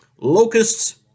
locusts